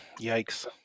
Yikes